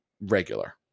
regular